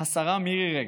השרה מירי רגב.